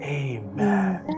amen